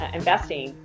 investing